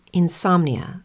insomnia